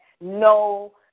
no